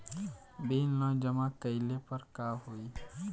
Bill न जमा कइले पर का होई?